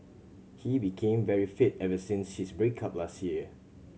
he became very fit ever since his break up last year